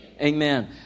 Amen